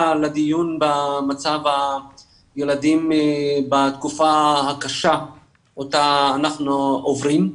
לדיון במצב הילדים בתקופה הקשה אותה אנחנו עוברים.